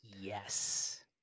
Yes